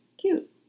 Cute